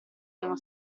erano